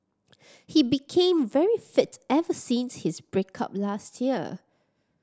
he became very fit ever since his break up last year